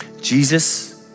Jesus